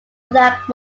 lack